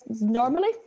Normally